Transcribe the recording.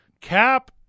Cap